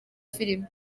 filime